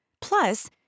Plus